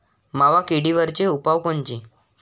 मावा किडीवरचे उपाव कोनचे?